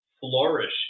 flourish